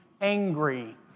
angry